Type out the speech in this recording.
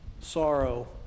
sorrow